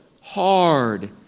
hard